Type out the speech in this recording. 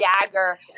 dagger